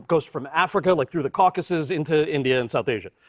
goes from africa, like, through the caucasus, into india and south asia.